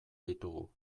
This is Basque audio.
ditugu